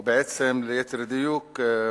או בעצם, ליתר דיוק,